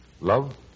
love